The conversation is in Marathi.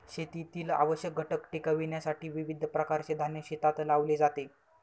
शेतीतील आवश्यक घटक टिकविण्यासाठी विविध प्रकारचे धान्य शेतात लावले जाते